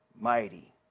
mighty